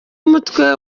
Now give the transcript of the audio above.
umutwe